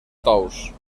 tous